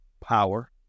power